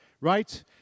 right